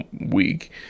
week